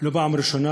ולא בפעם הראשונה.